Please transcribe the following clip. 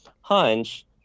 hunch